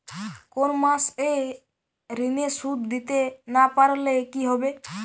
কোন মাস এ ঋণের সুধ দিতে না পারলে কি হবে?